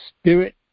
spirit